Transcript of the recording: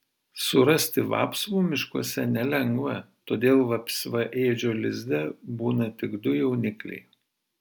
surasti vapsvų miškuose nelengva todėl vapsvaėdžio lizde būna tik du jaunikliai